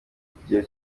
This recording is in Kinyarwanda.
kigero